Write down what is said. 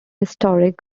historic